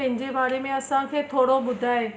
पंहिंजे बारे में असांखे थोरो ॿुधाए